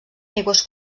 aigües